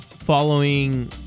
following